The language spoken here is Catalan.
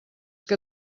que